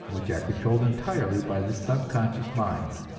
which are controlled entirely by this subconscious mind.